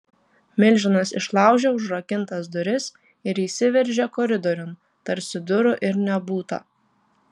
milžinas išlaužė užrakintas duris ir įsiveržė koridoriun tarsi durų ir nebūta